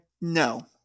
No